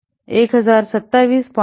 39 इतके येईल